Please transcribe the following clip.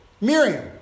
Miriam